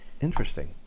Interesting